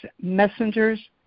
messengers